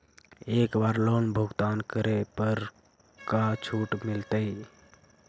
एक बार लोन भुगतान करे पर का छुट मिल तइ?